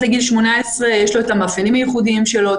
לגיל 18. יש לו את המאפיינים המיוחדים שלו,